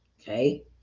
Okay